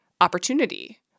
opportunity